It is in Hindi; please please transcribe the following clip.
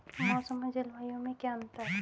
मौसम और जलवायु में क्या अंतर?